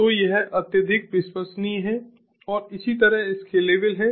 तो यह अत्यधिक विश्वसनीय है और इसी तरह स्केलेबल है